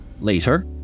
Later